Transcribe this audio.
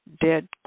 dead